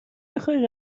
بخای